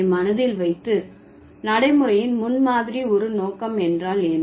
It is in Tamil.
அதை மனதில் வைத்து நடைமுறையின் முன் மாதிரி ஒரு நோக்கம் என்றால் என்ன